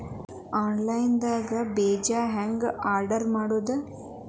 Online ದಾಗ ಬೇಜಾ ಹೆಂಗ್ ಆರ್ಡರ್ ಮಾಡೋದು?